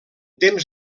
temps